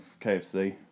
KFC